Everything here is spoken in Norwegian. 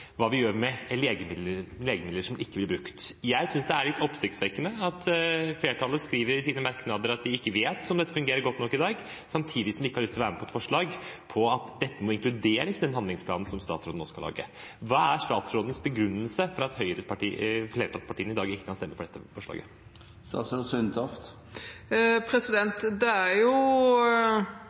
Hva gjør vi med legemidler som ikke blir brukt? Jeg synes det er litt oppsiktsvekkende at flertallet skriver i sine merknader at de ikke vet om dette fungerer godt nok i dag, samtidig som de ikke vil være med på et forslag om at dette må inkluderes i den handlingsplanen som statsråden nå skal lage. Hva er statsrådens begrunnelse for at flertallspartiene ikke kan stemme for dette forslaget i dag? Det er jo